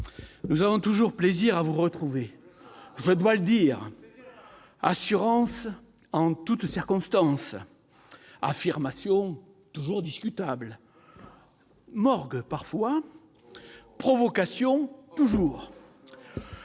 nous avons toujours plaisir à vous retrouver ! Le plaisir est partagé ! Assurance en toutes circonstances, affirmations toujours discutables, morgue parfois, provocation toujours